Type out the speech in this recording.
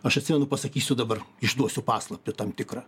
aš atsimenu pasakysiu dabar išduosiu paslaptį tam tikrą